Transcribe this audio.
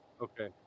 Okay